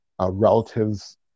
relatives